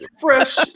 fresh